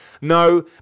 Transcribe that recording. No